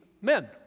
men